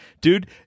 Dude